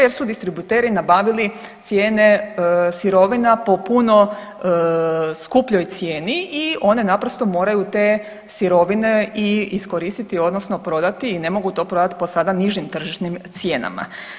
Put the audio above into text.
Jer su distributeri nabavili cijene sirovina po puno skupljoj cijeni i one naprosto moraju te sirovine iskoristiti, odnosno prodati i ne mogu to prodati po sada nižim tržišnim cijenama.